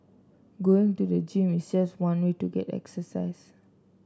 going to the gym is just one way to get exercise